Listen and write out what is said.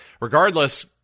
regardless